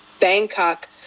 Bangkok